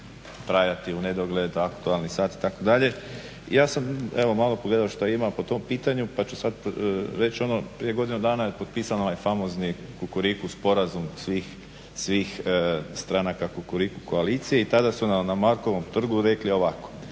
trajati u nedogled, aktualni sat itd. Ja sam evo malo pogledao što ima po tom pitanju, pa ću sad reći ono prije godinu dana je potpisan onaj famozni Kukuriku sporazum svih stranaka Kukuriku koalicije. I tada su nam na Markovom trgu rekli ovako: